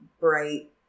bright